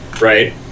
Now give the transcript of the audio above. right